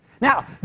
Now